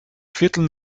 viertel